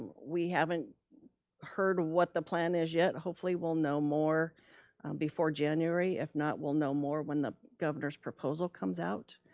we haven't heard what the plan is yet, hopefully we'll know more before january. if not, we'll know more when the governor's proposal comes out,